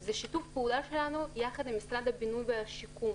זה שיתוף פעולה שלנו יחד עם משרד הבינוי והשיכון,